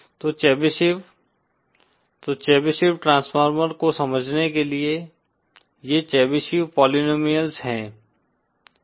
तो चेबीशेव तो Chebyshev transformer को समझने के लिए ये चेबीशेव पोलीनोमियल्स हैं